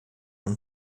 von